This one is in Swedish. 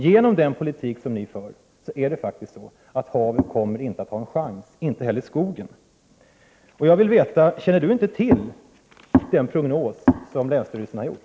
Genom den politik som regeringen för kommer varken havet eller skogen att ha någon chans. Jag undrar: Känner inte kommunikationsministern till den prognos som länsstyrelsen har gjort? '